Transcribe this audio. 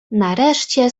nareszcie